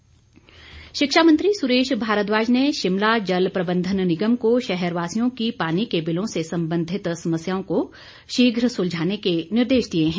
सुरेश भारद्वाज शिक्षा मंत्री सुरेश भारद्वाज ने शिमला जल प्रबंधन निगम को शहरवासियों की पानी के बिलों से संबंधित समस्याओं को शीघ्र सुलझाने के निर्देश दिए हैं